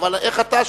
אבל איך אתה,